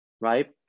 Right